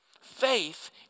Faith